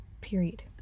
period